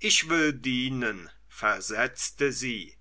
ich will dienen versetzte sie